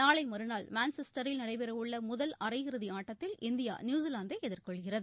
நாளை மறுநாள் மான்செஸ்டரில் நடைபெறவுள்ள முதல் அரையிறுதி ஆட்டத்தில் இந்தியா நியூசிலாந்தை எதிர்கொள்கிறது